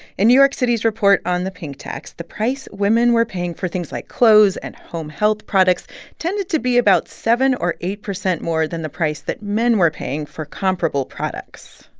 in new york city's report on the pink tax, the price women were paying for things like clothes and home health products tended to be about seven or eight percent more than the price that men were paying for comparable products.